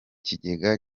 kigega